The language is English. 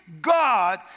God